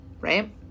right